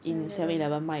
Seven Eleven